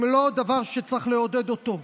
הם לא דבר שצריך לעודד אותו.